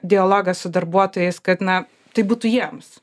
dialogą su darbuotojais kad na tai būtų jiems